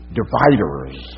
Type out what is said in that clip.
dividers